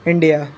India